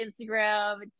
Instagram